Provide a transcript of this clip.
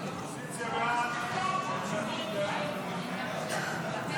46 בעד, 55 נגד.